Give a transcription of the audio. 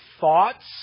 thoughts